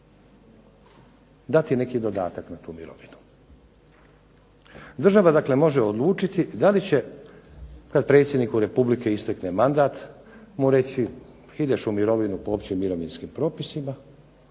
dati neki dodatak na tu mirovinu. Država dakle može odlučiti da li će kada predsjedniku Republike kada mu istekne mandat mu reći ideš u mirovinu po općim mirovinskim propisima